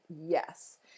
yes